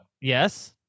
Yes